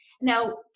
Now